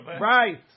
right